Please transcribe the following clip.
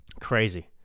Crazy